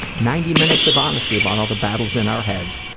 ninety minutes of honesty about all the battles in our heads.